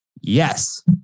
Yes